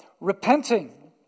repenting